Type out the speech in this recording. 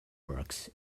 works